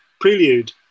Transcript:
prelude